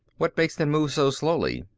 what makes them move so slowly?